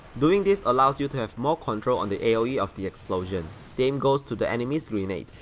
doing this allows you to have more control on the aoe of the explosion. same goes to to enemy's grenade,